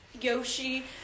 Yoshi